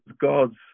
God's